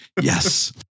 Yes